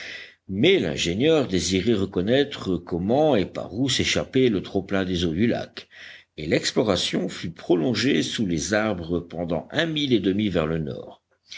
mais l'ingénieur désirait reconnaître comment et par où s'échappait le trop-plein des eaux du lac et l'exploration fut prolongée sous les arbres pendant un mille et demi vers le nord